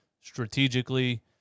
strategically